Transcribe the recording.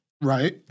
Right